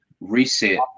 reset